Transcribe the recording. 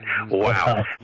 Wow